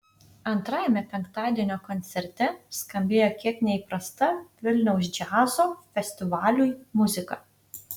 antrajame penktadienio koncerte skambėjo kiek neįprasta vilniaus džiazo festivaliui muzika